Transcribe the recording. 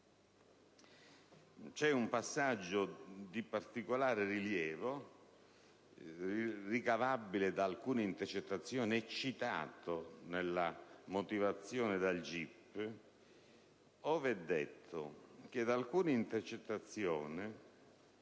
è un passaggio di particolare rilievo, ricavabile da alcune intercettazioni, citato nella motivazione dal GIP, ove è detto che da alcune intercettazioni